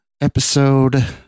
episode